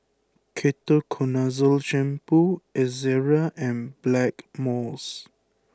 Ketoconazole Shampoo Ezerra and Blackmores